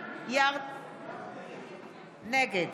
נגד